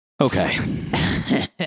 Okay